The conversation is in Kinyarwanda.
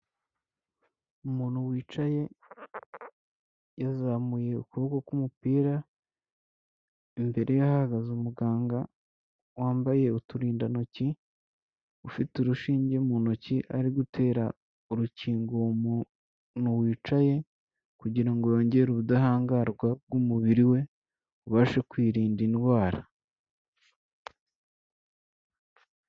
Umuntu wicaye yazamuye ukuboko k'umupira, imbere ye hahagaze umuganga wambaye uturindantoki, ufite urushinge mu ntoki ari gutera urukingo uwo muntu wicaye, kugira ngo yongere ubudahangarwa bw'umubiri we, ubashe kwirinda indwara.